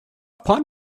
upon